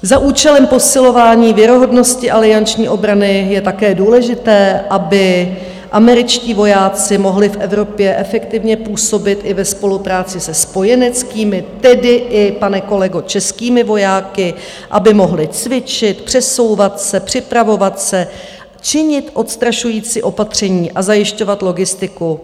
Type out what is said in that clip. Za účelem posilování věrohodnosti alianční obrany je také důležité, aby američtí vojáci mohli v Evropě efektivně působit i ve spolupráci se spojeneckými, tedy i, pane kolego, českými vojáky, aby mohli cvičit, přesouvat se, připravovat se, činit odstrašující opatření a zajišťovat logistiku.